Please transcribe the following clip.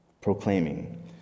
proclaiming